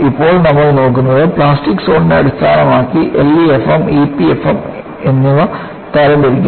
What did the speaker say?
ഇപ്പോൾ നമ്മൾ നോക്കുന്നത് പ്ലാസ്റ്റിക് സോണിനെ അടിസ്ഥാനമാക്കി LEFM EPFM എന്നിവ തരം തിരിക്കും